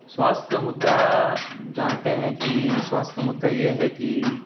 سواستھ کا مدعا جانتے ہیں کہ سواستھ کا مدعا یہ ہے کہ